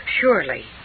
Surely